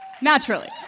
Naturally